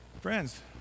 friends